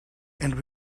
and